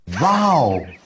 Wow